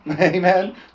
Amen